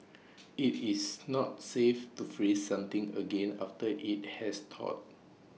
IT is not safe to freeze something again after IT has thawed